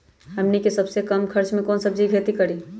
हमनी के सबसे कम खर्च में कौन से सब्जी के खेती करी?